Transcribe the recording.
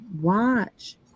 watch